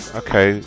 okay